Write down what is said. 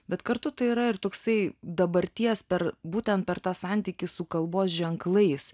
bet kartu tai yra ir toksai dabarties per būtent per tą santykį su kalbos ženklais